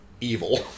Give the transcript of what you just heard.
evil